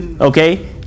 okay